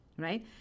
right